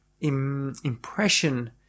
impression